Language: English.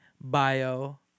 bio